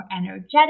energetic